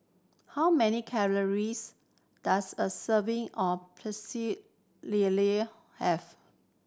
how many calories does a serving of Pecel Lele have